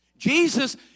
Jesus